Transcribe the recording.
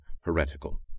heretical